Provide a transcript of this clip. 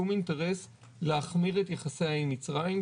שום אינטרס להחמיר את יחסיה עם מצרים,